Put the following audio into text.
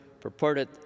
purported